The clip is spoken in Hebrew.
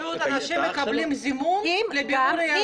אנשים מקבלים זימון לבירור היהדות, זה שיקול דעת.